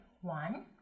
One